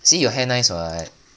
see your hair nice [what]